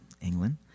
England